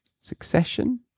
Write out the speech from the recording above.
succession